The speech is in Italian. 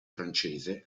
francese